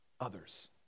others